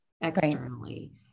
externally